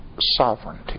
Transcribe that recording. sovereignty